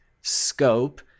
scope